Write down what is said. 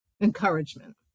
encouragement